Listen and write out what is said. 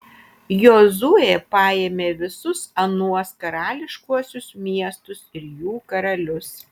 jozuė paėmė visus anuos karališkuosius miestus ir jų karalius